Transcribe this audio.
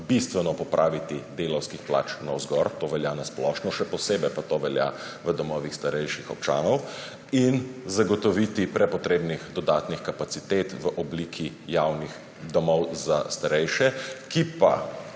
bistveno popraviti delavskih plač navzgor − to velja na splošno, še posebej pa to velja v domovih starejših občanov − in zagotoviti prepotrebnih dodatnih kapacitet v obliki javnih domov za starejše, ki pa